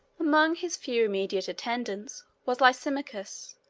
among his few immediate attendants was lysimachus,